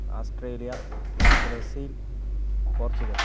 Australia Brazil Portugal